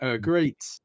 great